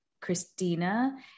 Christina